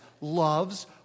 loves